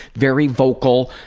very vocal,